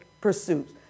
pursuits